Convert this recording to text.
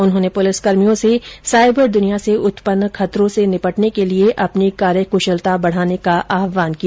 उन्होंने पुलिसकर्मियों से साइबर दुनिया से उत्पन्न खतरों से निपटने के लिए अपनी कार्य कुशलता बढाने का आह्वान किया